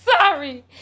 sorry